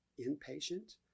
inpatient